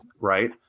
right